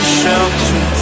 shelter